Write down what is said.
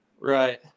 Right